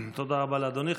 תודה רבה לאדוני.